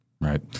right